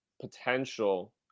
potential